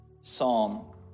psalm